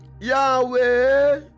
Yahweh